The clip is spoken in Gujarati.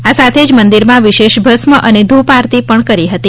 આ સાથે જ મંદિરમાં વિશેષ ભસ્મ અને ધૂપ આરતી પણ કરી હતી